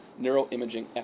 Neuroimaging